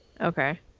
Okay